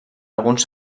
alguns